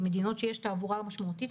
במדינות שיש איתן תעבורה משמעותית,